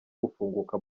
gufunguka